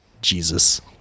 Jesus